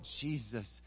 Jesus